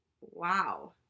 wow